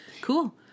Cool